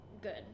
Good